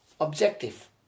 objective